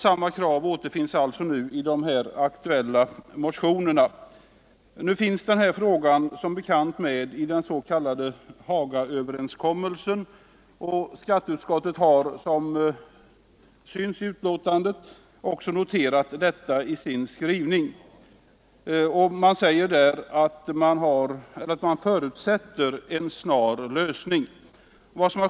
Samma krav återfinns i de nu aktuella motionerna. Den här frågan finns som bekant med i den s.k. Hagaöverenskommelsen, och skatteutskottet har, som framgår av betänkandet, också noterat detta i sin skrivning. Utskottet förutsätter en snar lösning.